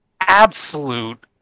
absolute